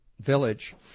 Village